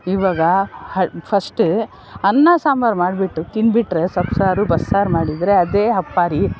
ಇವಾಗ ಹಳ್ ಫಶ್ಟ್ ಅನ್ನ ಸಾಂಬಾರು ಮಾಡಿಬಿಟ್ಟು ತಿಂದ್ಬಿಟ್ಟರೆ ಸೊಪ್ಸಾರು ಬಸ್ಸಾರು ಮಾಡಿದರೆ ಅದೇ ಹಬ್ಬ ರೀ